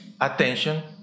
attention